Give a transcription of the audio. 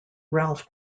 ralph